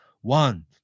one